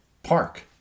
Park